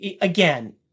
Again